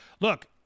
look